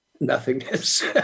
nothingness